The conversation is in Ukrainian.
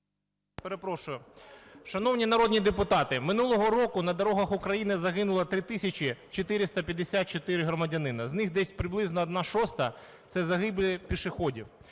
Перепрошую. Шановні народні депутати, минулого року на дорогах України загинуло 3 тисячі 454 громадянина, з них десь приблизно 1,6 - це загибель пішоходів.